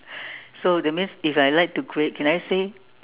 so that means if I like to create can I say